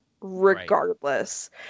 regardless